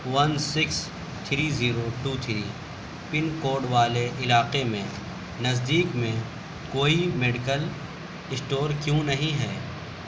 one six three zero two three pin code والے علاقے میں نزدیک میں کوئی میڈیکل اسٹور کیوں نہیں ہے